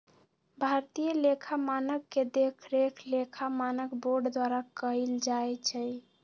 भारतीय लेखा मानक के देखरेख लेखा मानक बोर्ड द्वारा कएल जाइ छइ